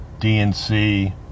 DNC